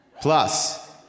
plus